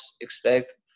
expect